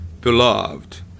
beloved